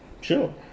sure